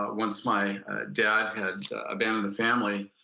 ah once my dad had abandoned the family,